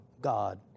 God